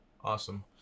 Awesome